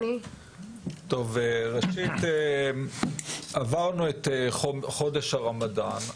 ראשית עברנו את חודש הרמדאן.